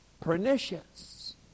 pernicious